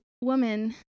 woman